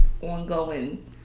ongoing